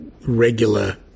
regular